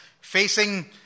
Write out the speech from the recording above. facing